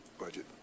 budget